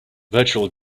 virtual